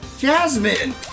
Jasmine